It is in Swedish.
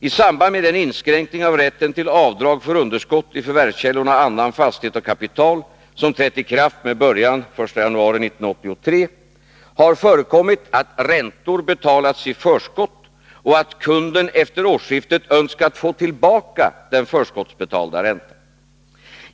I samband med den inskränkning av rätten till avdrag för underskott i förvärvskällorna annan fastighet och kapital, som trätt i kraft med början 1983-01-01, har förekommit att räntor betalats i förskott och att kunden efter årsskiftet önskat få tillbaka den förskottsbetalda räntan.